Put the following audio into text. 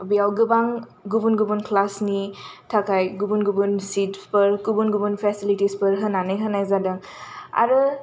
बेयाव गोबां गुबुन गुबुन क्लासनि थाखाय गुबुन गुबुन सिथफोर गुबुन गुबुन फेसिलिथिसफोर होनानै होनाय जादों आरो